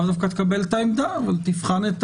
לאו דווקא תקבל את העמדה, אבל תבחן את